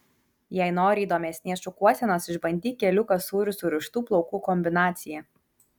jei nori įdomesnės šukuosenos išbandyk kelių kasų ir surištų plaukų kombinaciją